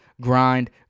grind